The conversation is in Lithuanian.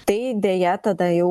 tai deja tada jau